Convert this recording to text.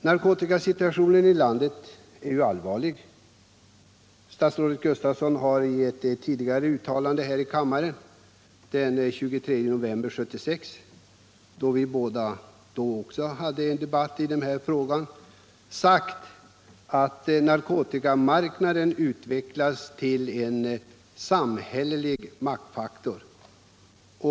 Narkotikasituationen i landet är ju allvarlig. Statsrådet Gustavsson framhöll vid ett tidigare tillfälle här i riksdagen, den 23 november 1976, då vi två debatterade den här frågan, att narkotikamarknaden utvecklats till en ”samhällelig maktfaktor”.